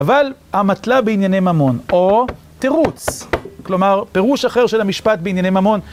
אבל אמתלה בענייני ממון או תירוץ, כלומר פירוש אחר של המשפט בענייני ממון.